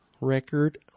Record